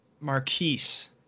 Marquise